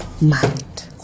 mind